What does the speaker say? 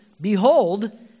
Behold